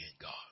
God